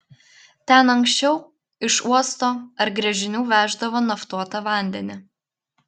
ten anksčiau iš uosto ar gręžinių veždavo naftuotą vandenį